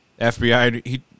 FBI